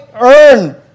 earn